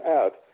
out